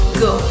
go